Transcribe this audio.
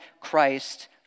Christ